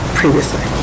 previously